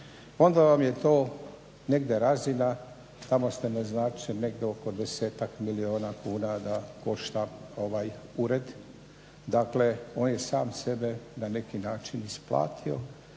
onda vam je to negdje razina, tamo ste naznačili, negdje oko desetak milijuna kuna da košta ovaj ured, dakle on je sam sebe na neki način isplatio